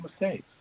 mistakes